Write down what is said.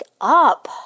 up